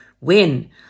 win